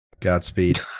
Godspeed